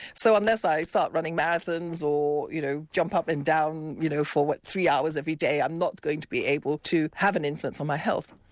so unless i start running marathons marathons or, you know, jump up and down you know for, what, three hours every day, i'm not going to be able to have an influence on my health'.